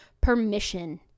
permission